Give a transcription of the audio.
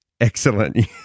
excellent